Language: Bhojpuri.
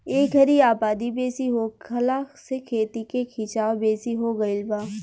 ए घरी आबादी बेसी होखला से खेती के खीचाव बेसी हो गई बा